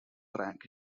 track